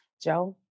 Joe